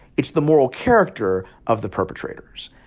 it's the moral character of the perpetrators.